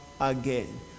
again